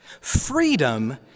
freedom